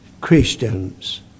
Christians